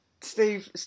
Steve